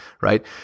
right